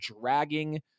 dragging